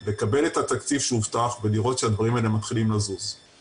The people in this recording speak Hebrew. לבוא ולראות איך אנחנו יכולים לזהות לפני ולתת להם את המענה,